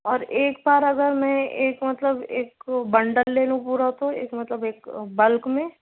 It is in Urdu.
اور ایک بار اگر میں ایک مطلب ایک بنڈل لے لوں پورا تو ایک مطلب ایک بلک میں